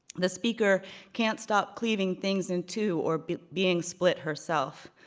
the speaker can't stop cleaving things in two or being split herself.